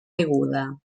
deguda